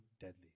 deadly